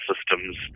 systems